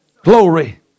Glory